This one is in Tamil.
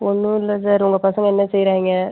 ஒன்றும் இல்லை சார் உங்கள் பசங்க என்ன செய்கிறாய்ங்க